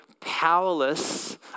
powerless